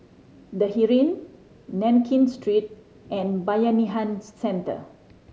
The Heeren Nankin Street and Bayanihan Centre